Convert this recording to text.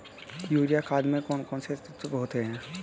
Urea खाद में कौन कौन से तत्व होते हैं?